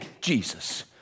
Jesus